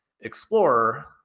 explorer